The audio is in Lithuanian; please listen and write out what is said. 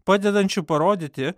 padedančių parodyti